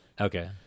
Okay